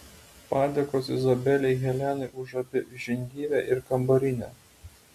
padėkos izabelei helenai už abi žindyvę ir kambarinę